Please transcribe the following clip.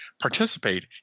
participate